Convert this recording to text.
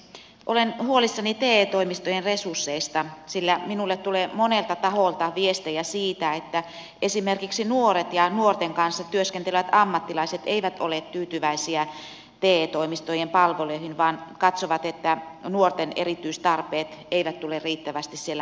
olen huolissani te toimistojen resursseista sillä minulle tulee monelta taholta viestejä siitä että esimerkiksi nuoret ja nuorten kanssa työskentelevät ammattilaiset eivät ole tyytyväisiä te toimistojen palveluihin vaan katsovat että nuorten erityistarpeet eivät tule riittävästi siellä huomioiduiksi